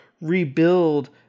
rebuild